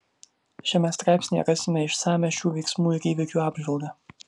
šiame straipsnyje rasime išsamią šių veiksmų ir įvykių apžvalgą